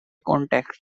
contest